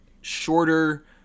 shorter